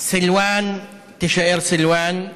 סלוואן תישאר סלוואן.